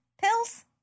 pills